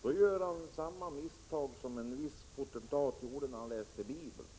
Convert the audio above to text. Då gör han samma misstag som en viss potentat gjorde när han läste Bibeln.